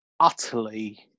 utterly